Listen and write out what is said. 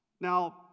Now